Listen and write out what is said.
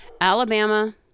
Alabama